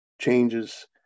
changes